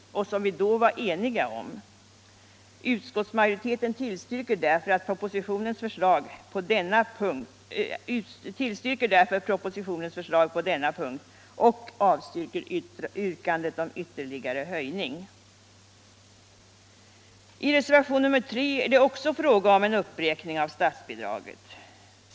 I reservationen 3 är det också fråga om en uppräkning av statsbidraget.